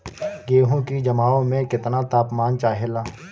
गेहू की जमाव में केतना तापमान चाहेला?